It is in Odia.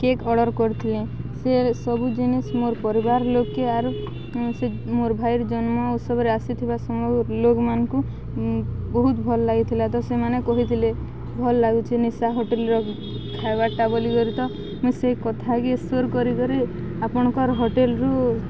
କେକ୍ ଅର୍ଡ଼ର୍ କରିଥିଲେ ସେ ସବୁ ଜିନିଷ୍ ମୋର ପରିବାର ଲୋକେ ଆରୁ ସେ ମୋର ଭାଇର ଜନ୍ମ ଉତ୍ସବରେ ଆସିଥିବା ଲୋକମାନଙ୍କୁ ବହୁତ ଭଲ୍ ଲାଗିଥିଲା ତ ସେମାନେ କହିଥିଲେ ଭଲ୍ ଲାଗୁଛେ ନିଶା ହୋଟେଲ୍ର ଖାଇବାର୍ଟା ବୋଲିକରି ତ ମୁଁ ସେଇ କଥାକି ସୋର୍ କରିକରି ଆପଣଙ୍କ ହୋଟେଲ୍ରୁ